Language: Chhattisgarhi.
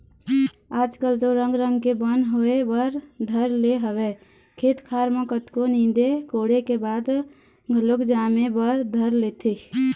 आज कल तो रंग रंग के बन होय बर धर ले हवय खेत खार म कतको नींदे कोड़े के बाद घलोक जामे बर धर लेथे